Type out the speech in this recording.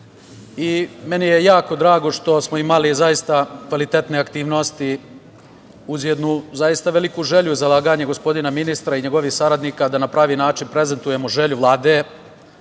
Meni je jako drago što smo imali zaista kvalitetne aktivnosti uz jednu zaista veliku želju zalaganja gospodina ministra i njegovih saradnika da na pravi način prezentujemo želju Vlade,